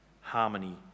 harmony